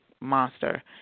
monster